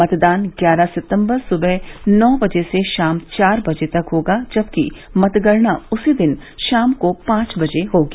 मतदान ग्यारह सितम्बर सुबह नौ बजे से शाम चार बजे तक होगा जबकि मतगणना उसी दिन शाम को पांच बजे होगी